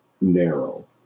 narrow